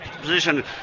Position